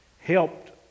helped